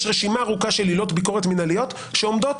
יש רשימה ארוכה של עילות ביקורת מינהליות שעומדות,